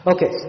Okay